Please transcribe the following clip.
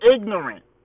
ignorant